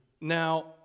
Now